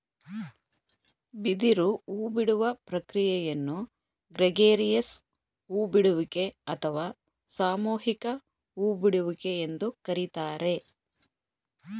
ಬಿದಿರು ಹೂಬಿಡುವ ಪ್ರಕ್ರಿಯೆಯನ್ನು ಗ್ರೆಗೇರಿಯಸ್ ಹೂ ಬಿಡುವಿಕೆ ಅಥವಾ ಸಾಮೂಹಿಕ ಹೂ ಬಿಡುವಿಕೆ ಎಂದು ಕರಿತಾರೆ